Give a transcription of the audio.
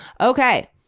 Okay